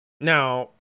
Now